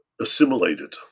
assimilated